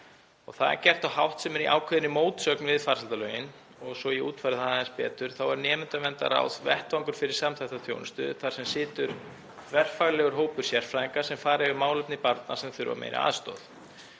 Það er gert á hátt sem er í ákveðinni mótsögn við farsældarlögin. Svo að ég útfæri það aðeins betur er nemendaverndarráð vettvangur fyrir samþætta þjónustu þar sem situr þverfaglegur hópur sérfræðinga sem fer yfir málefni barna sem þurfa meiri aðstoð.